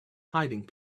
hiding